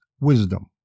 wisdom